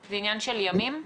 זה עניין של ימים?